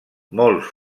molts